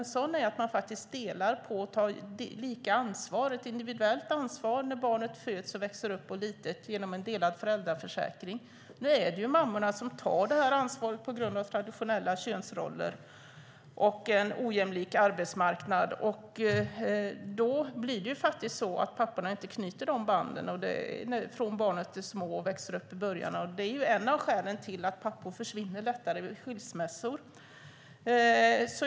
Ett sådant förslag är att man tar lika ansvar, ett individuellt ansvar, när barnet föds, växer upp och är litet genom en delad föräldraförsäkring. Nu är det mammorna som tar ansvaret på grund av traditionella könsroller och en ojämlik arbetsmarknad. Då knyter inte papporna banden från det att barnen är små. Det är ett av skälen till att pappor försvinner lättare vid skilsmässor.